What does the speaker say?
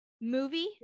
movie